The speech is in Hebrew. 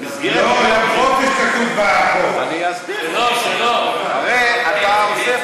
ואני צריך נוסף